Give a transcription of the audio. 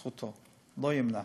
זכותו, לא אמנע,